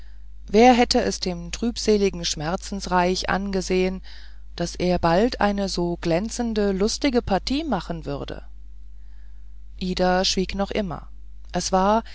wer hätte es dem trübseligen schmerzenreich angesehen daß er bald eine so glänzende lustige partie machen würde ida schwieg noch immer es war